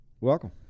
welcome